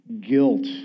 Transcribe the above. guilt